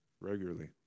regularly